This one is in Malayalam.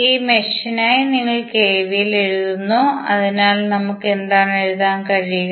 ഈ മെഷിനായി നിങ്ങൾ കെവിഎൽ എഴുതുന്നു അതിനാൽ നമുക്ക് എന്താണ് എഴുതാൻ കഴിയുക